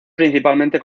principalmente